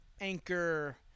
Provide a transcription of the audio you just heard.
Anchor